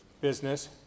business